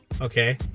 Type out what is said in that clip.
Okay